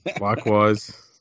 likewise